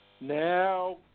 now